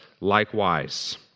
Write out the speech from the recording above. likewise